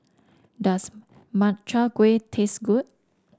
does Makchang Gui taste good